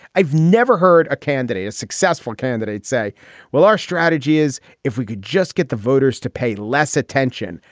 i've never heard a candidate a successful candidate say well our strategy is if we could just get the voters to pay less attention.